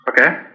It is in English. Okay